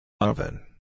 Oven